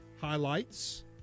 highlights